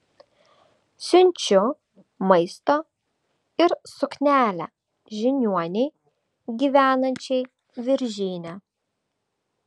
siunčiu maisto ir suknelę žiniuonei gyvenančiai viržyne